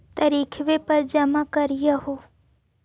तरिखवे पर जमा करहिओ?